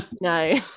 no